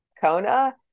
Kona